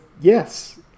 yes